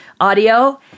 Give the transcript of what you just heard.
audio